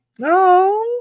No